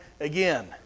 again